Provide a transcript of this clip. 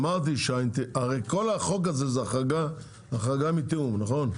אמרתי, הרי כל החוק הזה של החרגה מתיאום, נכון?